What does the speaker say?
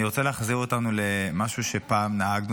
אני רוצה להחזיר אותנו למשהו שפעם נהגנו